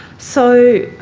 so